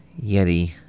Yeti